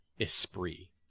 esprit